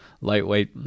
lightweight